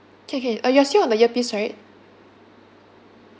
can can uh you're still on the earpiece right